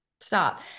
stop